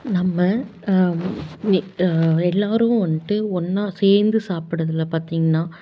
நம்ம எல்லோரும் வந்துட்டு ஒன்றா சேர்ந்து சாப்பிட்றதுல பார்த்திங்கன்னா